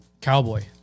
cowboy